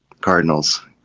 Cardinals